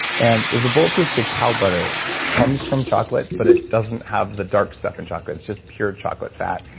and there's a bulletproof cacao butter comes from chocolate, but it doesn't have the dark stuff in chocolate. it's just pure chocolate fat,